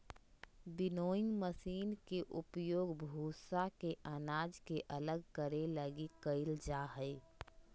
winnowing machine के उपयोग भूसा से अनाज के अलग करे लगी कईल जा हइ